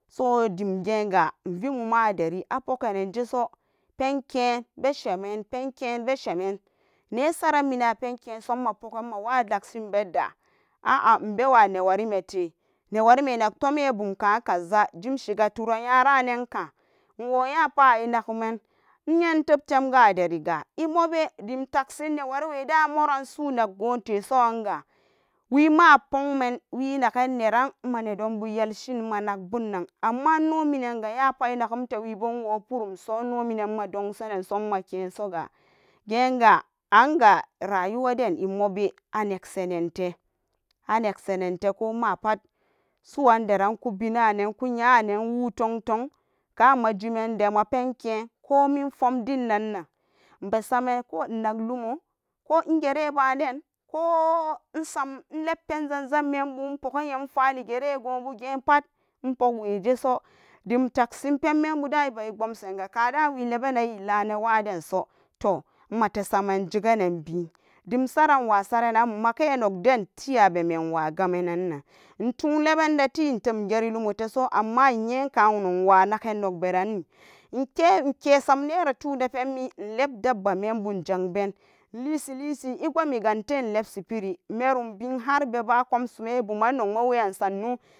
Sodemgenga nmvemuma devi a renkenbe puknajiso penken be shement me sa shemen an minan apenkensoga a a nmbawanewari mile vicwame nala jome bumkan kazza nyaran wonyapat arenaguman inteplamatarega amube dem takship wari wedan muran gunte suranga we ma wenegan neran nmane dombu yelshin nak bunna ammanon ga nyanpat enangumte wopurum so genga a mube aneg sanete pat suwon daran kpenannan ko nyanen te tonton kanmajiman de mapenke kominformdinke nanam embefaran ko, sai dai ban den ko insamlep demtacsin pemenbu da iba xibumsan ga kada welebanan ilane waden so nmate saman segananbe dem saran nokwa saran nan ga make nok den teya be me nowa gamannanan tonleban dale ingete lomo tego amma inyene kannok wanaga ran i inte kesamrera rona tanme inlep dabba min inzan ben ileseleshi ibumsaniga har be bakomsuman.